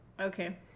Okay